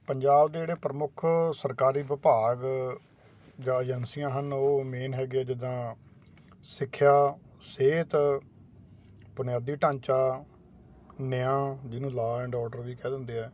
ਪੰਜਾਬ ਦੇ ਜਿਹੜੇ ਪ੍ਰਮੁੱਖ ਸਰਕਾਰੀ ਵਿਭਾਗ ਜਾ ਏਜੰਸੀਆਂ ਹਨ ਉਹ ਮੇਨ ਹੈਗੇ ਜਿੱਦਾਂ ਸਿੱਖਿਆ ਸਿਹਤ ਬੁਨਿਆਦੀ ਢਾਂਚਾ ਨਿਆਂ ਜਿਹਨੂੰ ਲਾਅ ਐਂਡ ਆਰਡਰ ਵੀ ਕਹਿ ਦਿੰਦੇ ਆ